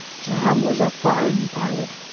sam was a fine pilot,